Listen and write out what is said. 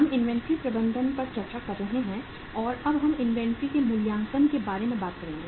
हम इन्वेंट्री प्रबंधन पर चर्चा कर रहे हैं और अब हम इन्वेंट्री के मूल्यांकन के बारे में बात करेंगे